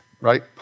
right